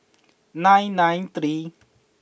nine nine three